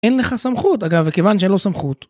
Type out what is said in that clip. אין לך סמכות אגב וכיוון שאין לו סמכות.